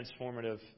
transformative